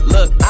Look